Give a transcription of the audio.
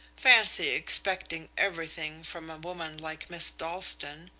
fancy expecting everything from a woman like miss dalstan!